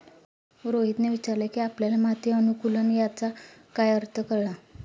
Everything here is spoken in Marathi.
रोहितने विचारले की आपल्याला माती अनुकुलन याचा काय अर्थ कळला?